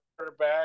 quarterback